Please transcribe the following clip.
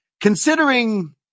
Considering